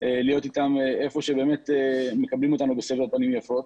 להיות אתם היכן שמקבלים אותנו בסבר פנים יפות.